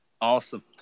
Awesome